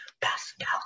Pascal